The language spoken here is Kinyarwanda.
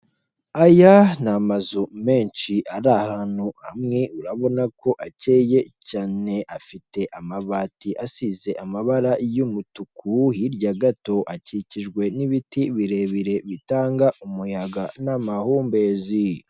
Aya ni amazu menshi ari ahantu hamwe urabona ko akeye cyane afite amabati asize amabara y'umutuku, hirya gato akikijwe n'ibiti birebire bitanga n'amahumbezi.